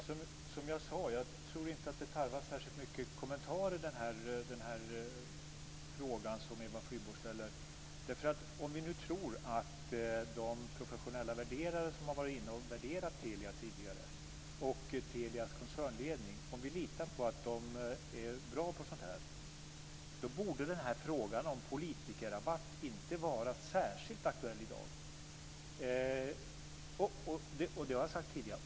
Fru talman! Som jag sade, tror jag inte att den fråga som Eva Flyborg ställer tarvar särskilt många kommentarer. Om vi nu litar på att de professionella värderare som har värderat Telia tidigare och Telias koncernledning är bra på sådant här, borde frågan om politikerrabatt inte vara särskilt aktuell i dag. Det har jag sagt tidigare.